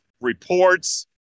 reports